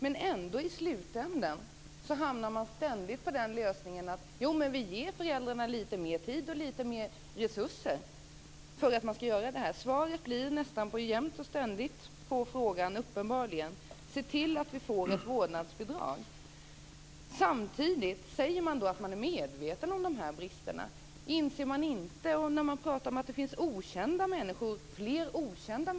Men i slutändan hamnar man ständigt vid den lösningen att man skall ge föräldrarna lite mer tid och lite mer resurser. På frågan om hur det skall kunna göras blir svaret jämt och ständigt att det skall vara ett vårdnadsbidrag. Samtidigt säger man att man är medveten om de här bristerna. Man pratar om att det finns fler okända människor kring barnen.